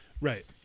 Right